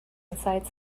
inside